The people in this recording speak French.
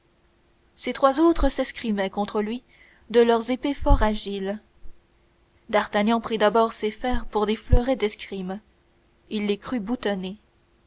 ces trois autres s'escrimaient contre lui de leurs épées fort agiles d'artagnan prit d'abord ces fers pour des fleurets d'escrime il les crut boutonnés